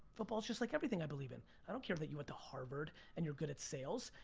football's just like everything i believe in. i don't care that you went to harvard and you're good at sales,